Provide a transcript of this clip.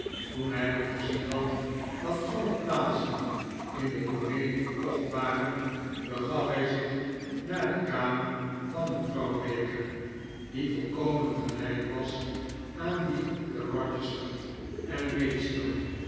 toen hij ook gezien had dat alle plaatsen in de komedie verkocht waren begaf hij zich naar de kamer van mevrouw baker die volkomen gelijk was aan die te rochester en maidstone